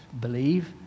Believe